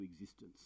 existence